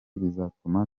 bizatuma